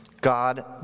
God